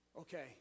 Okay